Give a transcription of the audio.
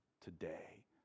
today